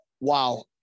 Wow